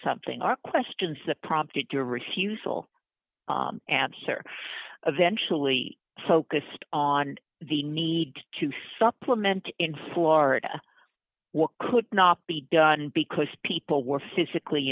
something are questions that prompted your refusal and her eventually focused on the need to supplement in florida what could not be done because people were physically